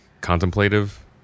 contemplative